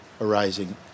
arising